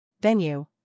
venue